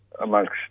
amongst